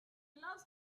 loves